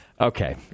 Okay